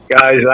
Guys